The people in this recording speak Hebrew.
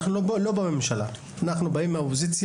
אנחנו לא בממשלה, אנחנו באים מהאופוזיציה.